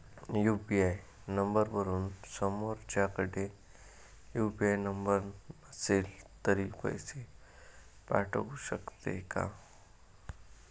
UPI नंबरवरून समोरच्याकडे UPI number नसेल तरी पैसे पाठवू शकते का?